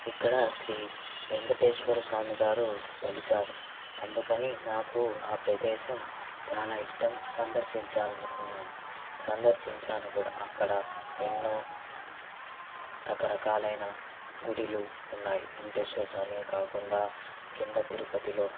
ఇక్కడ శ్రీ వేంకటేశ్వర స్వామి గారు వెలిసారు అందుకని నాకు ఆ ప్రదేశం చాలా ఇష్టం సందర్శించాలనుకున్నాను సందర్శించాను కూడా అక్కడ ఎన్నో రకరకాలైన గుడులు ఉన్నాయి వేంకటేశ్వర స్వామే కాకుండా కింద తిరుపతిలో